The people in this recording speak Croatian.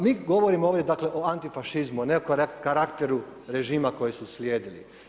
Mi govorimo ovdje o antifašizmu a ne o karakteru režima koji su slijedili.